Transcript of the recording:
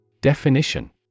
Definition